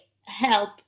help